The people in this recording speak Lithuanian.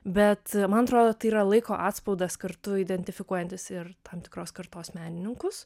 bet man atrodo tai yra laiko atspaudas kartu identifikuojantis ir tam tikros kartos menininkus